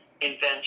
invention